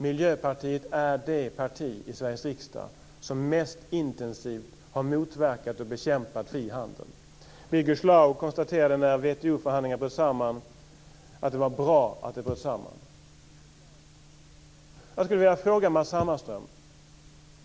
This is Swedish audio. Miljöpartiet är det parti i Sveriges riksdag som mest intensivt har motverkat och bekämpat fri handel. När WTO-förhandlingarna bröt samman konstaterade Birger Schlaug att det var bra att de gjorde det.